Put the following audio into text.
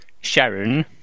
Sharon